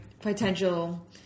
potential